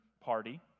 party